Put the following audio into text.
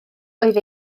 oedd